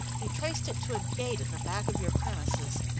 we traced it to a gate at the back of your premises,